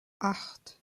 acht